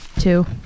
two